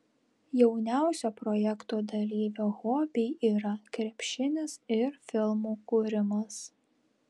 jauniausio projekto dalyvio hobiai yra krepšinis ir filmų kūrimas